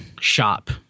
shop